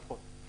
נכון.